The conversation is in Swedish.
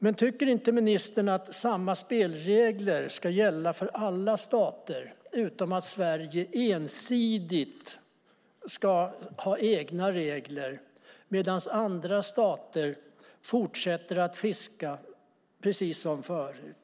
Men tycker inte ministern att samma spelregler ska gälla för alla stater, utan att Sverige ensidigt ska ha egna regler medan andra stater fortsätter att fiska precis som förut?